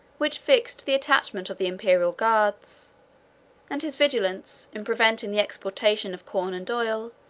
which fixed the attachment of the imperial guards and his vigilance, in preventing the exportation of corn and oil,